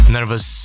Nervous